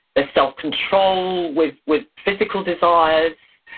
there's self control with with physical desires,